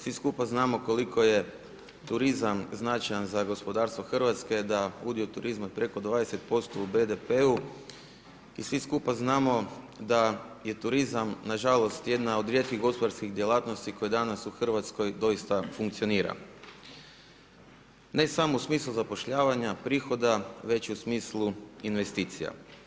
Svi skupa znamo koliko je turizam značajan za gospodarstvo Hrvatske, da udio turizma preko 20% u BDP-u i svi skupa znamo da je turizam na žalost jedna od rijetkih gospodarskih djelatnosti koje danas u Hrvatskoj doista funkcionira ne samo u smislu zapošljavanja prihoda već i u smislu investicija.